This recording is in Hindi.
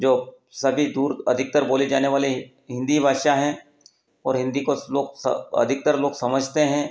जो सभी दूर अधिकतर बोले जाने वाले हिन्दी भाषा हैं और हिन्दी को लोग अधिकतर लोग समझते हैं